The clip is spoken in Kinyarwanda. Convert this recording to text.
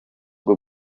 bwo